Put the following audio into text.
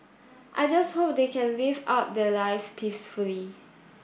I just hope they can live out their lives peacefully